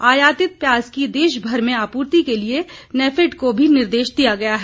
आयातित प्याज की देशभर में आपूर्ति के लिए नेफेड को भी निर्देश दिया गया है